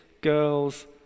girl's